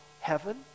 heaven